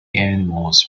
animals